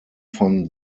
von